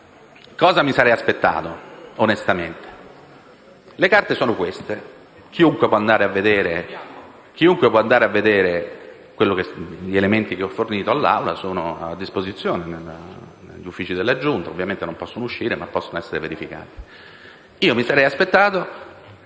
Cosa mi sarei aspettato, onestamente? Le carte sono queste, e chiunque può andare a leggerle. Gli elementi che ho fornito all'Assemblea sono a disposizione negli uffici della Giunta; ovviamente non possono uscire da quella sede, ma possono essere verificati. Mi sarei aspettato